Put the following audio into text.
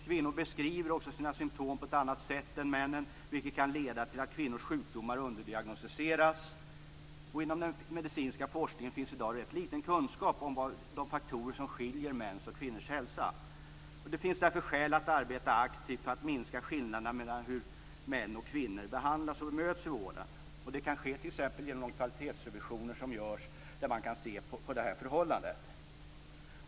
Kvinnor beskriver också sina symtom på ett annat sätt än män, vilket kan leda till att kvinnors sjukdomar underdiagnosticeras. Inom den medicinska forskning finns i dag en ganska liten kunskap om de faktorer som skiljer mäns och kvinnors hälsa. Därför finns det skäl att arbeta aktivt för att minska skillnaderna mellan hur män och kvinnor behandlas och bemöts i vården. De kan t.ex. ske genom de kvalitetsrevisioner som görs. Där kan man se över det här förhållande.